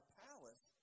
palace